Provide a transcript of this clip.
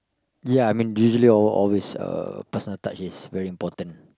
ya I mean usually always always uh personal touch is very important